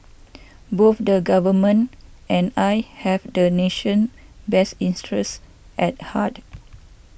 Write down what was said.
boof the government and I have the nation best interest at heart